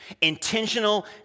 Intentional